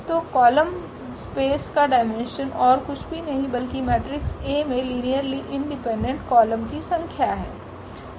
तो column space का dimension ओर कुछ भी नहीं बल्कि मेट्रिक्स A में लिनियरली इंडिपेंडेंट कॉलम की संख्या है